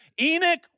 Enoch